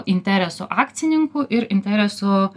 interesų akcininkų ir interesų